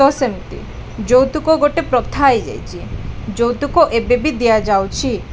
ତ ସେମିତି ଯୌତୁକ ଗୋଟେ ପ୍ରଥା ହେଇଯାଇଛି ଯୌତୁକ ଏବେ ବି ଦିଆଯାଉଛି